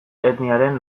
etniaren